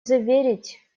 заверить